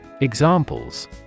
Examples